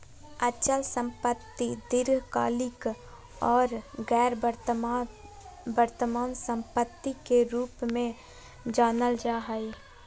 अचल संपत्ति दीर्घकालिक आर गैर वर्तमान सम्पत्ति के रूप मे जानल जा हय